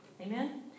Amen